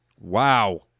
Wow